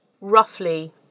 roughly